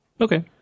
Okay